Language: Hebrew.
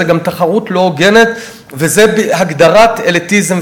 זו גם תחרות לא הוגנת, וזו הגדרת אליטיזם.